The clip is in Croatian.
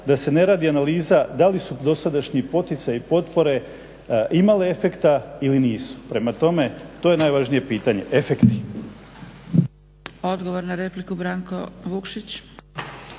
da se ne radi analiza da li su dosadašnji poticaji i potpore imale efekta ili nisu. prema tome to je najvažnije pitanje, efekti.